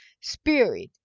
spirit